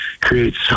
creates